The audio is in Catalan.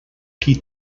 qui